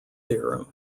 theorem